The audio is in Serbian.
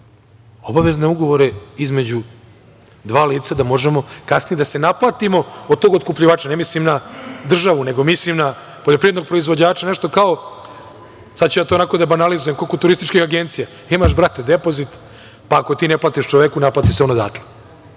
obavezne ugovore između dva lica da možemo kasnije da se naplatimo od tog otkupljivača, ne mislim na državu, nego mislim na poljoprivrednog proizvođača. Nešto kao, sada ću to da banalizujem, kao kod turističke agencije - imaš depozit, pa ako ti ne platiš čoveku, naplati se on odatle,